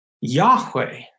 Yahweh